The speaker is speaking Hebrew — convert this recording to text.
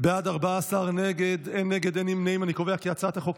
את הצעת חוק